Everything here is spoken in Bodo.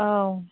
औ